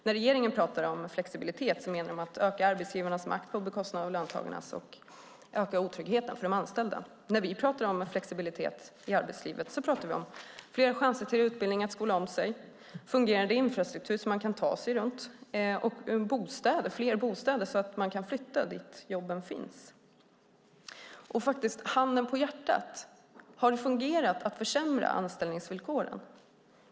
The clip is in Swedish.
När regeringen pratar om flexibilitet menar den att man ska öka arbetsgivarnas makt på bekostnad av löntagarnas och öka otryggheten för de anställda. När vi pratar om flexibilitet i arbetslivet pratar vi om fler chanser till utbildning för att skola om sig, en fungerande infrastruktur så att man kan ta sig runt och fler bostäder så att man kan flytta dit jobben finns. Handen på hjärtat - har det fungerat att försämra anställningsvillkoren?